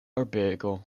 urbego